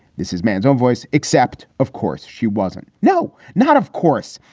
this is man's own voice. except, of course, she wasn't. no, not of course.